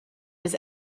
his